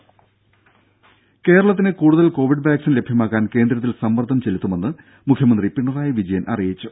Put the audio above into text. രെട കേരളത്തിന് കൂടുതൽ covid vaccine ലഭ്യമാക്കാൻ കേന്ദ്രത്തിൽ സമ്മർദ്ദം ചെലുത്തുമെന്ന് മുഖ്യമന്ത്രി പിണറായി വിജയൻ അറിയിച്ചു